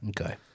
Okay